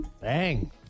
Bang